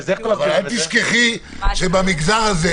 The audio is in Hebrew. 12:33) השלב השני היה לאחר מכן.